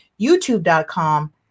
YouTube.com